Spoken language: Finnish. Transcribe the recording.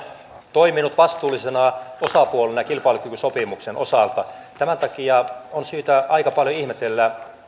toiminut vastuullisena osapuolena kilpailukykysopimuksen osalta tämän takia on syytä aika paljon ihmetellä